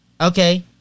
Okay